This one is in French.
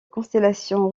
constellation